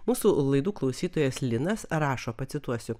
mūsų laidų klausytojas linas rašo pacituosiu